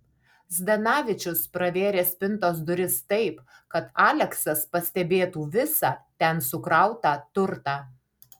zdanavičius pravėrė spintos duris taip kad aleksas pastebėtų visą ten sukrautą turtą